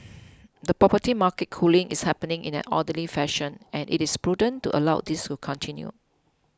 the property market cooling is happening in an orderly fashion and it is prudent to allow this to continue